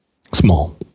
Small